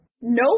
Nope